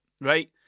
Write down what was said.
right